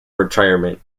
retirement